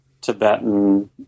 Tibetan